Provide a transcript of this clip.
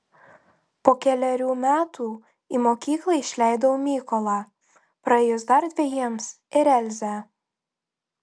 po kelerių metų į mokyklą išleidau mykolą praėjus dar dvejiems ir elzę